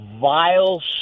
vile